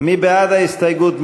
מי בעד ההסתייגות?